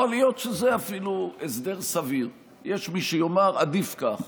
יכול להיות שזה אפילו הסדר סביר ויש מי שיאמר שעדיף כך.